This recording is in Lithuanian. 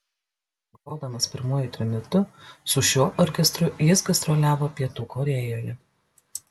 grodamas pirmuoju trimitu su šiuo orkestru jis gastroliavo pietų korėjoje